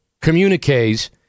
communiques